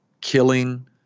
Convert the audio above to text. killing